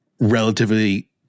relatively